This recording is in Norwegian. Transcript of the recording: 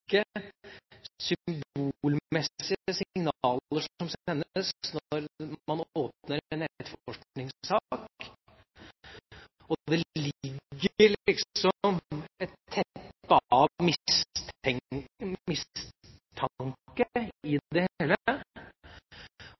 når man åpner en etterforskningssak – det ligger liksom et teppe av mistanke over det hele.